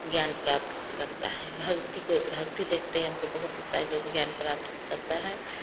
ज्ञान प्राप्त हो सकता है भक्ति के भक्ति देखते हमको बहुत ज्ञान प्राप्त हो सकता है